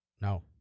No